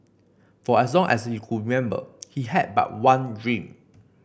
for as long as he could remember he had but one dream